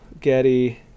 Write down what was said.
Getty